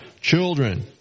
Children